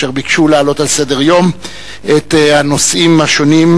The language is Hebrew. אשר ביקשו להעלות על סדר-יום את הנושאים השונים,